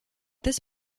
this